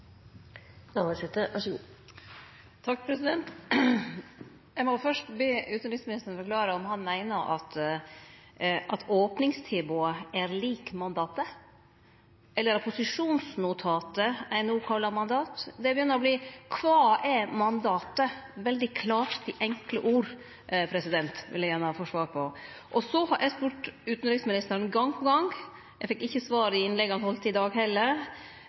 Eg må fyrst be utanriksministeren forklare om han meiner at opningstilbodet er lik mandatet – eller er det posisjonsnotatet ein no kallar mandat? Kva er mandatet? – Veldig klart, med enkle ord, vil eg gjerne få svar på det. Så har eg spurt utanriksministeren gong på gong – eg fekk ikkje svar i innlegget han heldt i dag heller